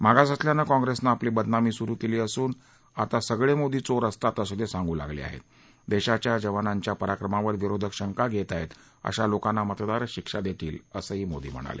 मागास असल्यानं काँप्रेसनं आपली बदनामी सुरु केली असून आता सगळे मोदी चोर असतात असं ते सांगू लागले आहेत देशाच्या जवानांच्या पराक्रमावर विरोधक शंका घेत आहेत अशा लोकांना मतदारच शिक्षा देतील असं मोदी म्हणाले